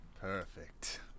Perfect